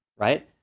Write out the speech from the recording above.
right?